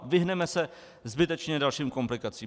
Vyhneme se zbytečně dalším komplikacím.